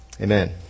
Amen